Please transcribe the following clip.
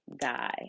guy